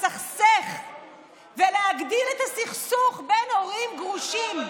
לסכסך ולהגדיל את הסכסוך בין הורים גרושים.